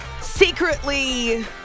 secretly